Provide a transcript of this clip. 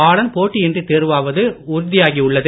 பாலன் போட்டியின்றி தேர்வாவது உறுதியாகியுள்ளது